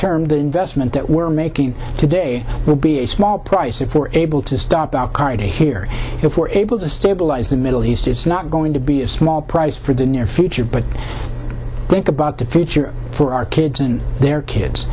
term the investment that we're making today will be a small price if we're able to stop al qaida here if we're able to stabilize the middle east it's not going to be a small price for the near future but think about the future for our kids and their kids